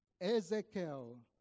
Ezekiel